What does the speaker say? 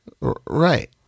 Right